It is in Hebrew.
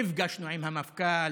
נפגשנו עם המפכ"ל,